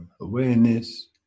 awareness